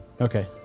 Okay